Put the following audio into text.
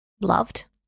Loved